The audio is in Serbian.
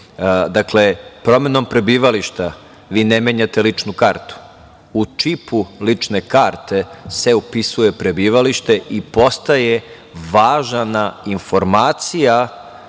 Srbije. Promenom prebivališta vi ne menjate ličnu kartu, u čipu lične karte se upisuje prebivalište i postaje važna informacija